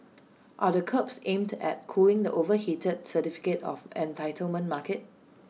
are the curbs aimed at cooling the overheated certificate of entitlement market